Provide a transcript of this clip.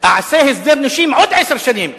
אעשה הסדר נושים עוד עשר שנים,